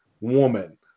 woman